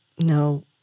no